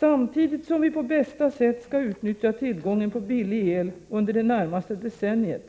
Samtidigt som vi på bästa sätt skall utnyttja tillgången på billig el under det närmaste decenniet